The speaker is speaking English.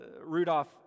Rudolph